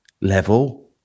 level